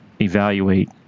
evaluate